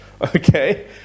Okay